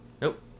Nope